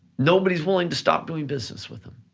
nobody's willing to stop doing business with them.